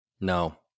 No